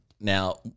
Now